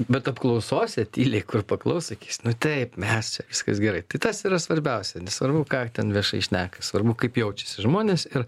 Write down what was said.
bet apklausose tyliai kur paklaus sakys nu taip mes viskas gerai tai tas yra svarbiausia nesvarbu ką ten viešai šneka svarbu kaip jaučiasi žmonės ir